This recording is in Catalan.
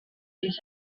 cinc